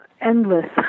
endless